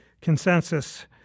consensus